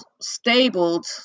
stabled